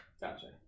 Gotcha